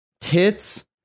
tits